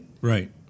Right